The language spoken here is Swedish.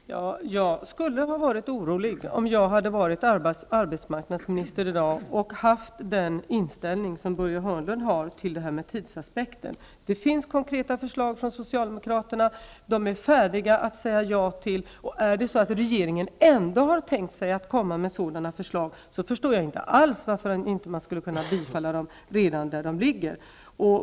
Herr talman! Jag skulle ha varit orolig om jag hade varit arbetsmarknadsminister i dag och om jag hade haft den inställning som Börje Hörnlund har till det här med tidsaspekten. Det finns konkreta förslag från Socialdemokraterna, och förslagen är färdiga att sägas ja till. Är det så, att regeringen ändå har tänkt sig att komma med sådana förslag, förstår jag inte alls varför man inte skulle kunna bifalla dem redan i det här läget.